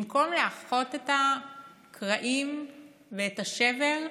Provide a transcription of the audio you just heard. במקום לאחות את הקרעים ואת השבר,